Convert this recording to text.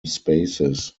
spaces